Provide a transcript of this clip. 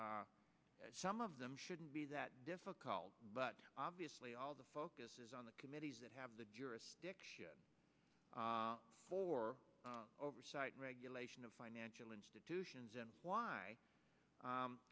this some of them shouldn't be that difficult but obviously all the focus is on the committees that have the jurisdiction for oversight and regulation of financial institutions and why